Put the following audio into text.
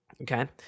okay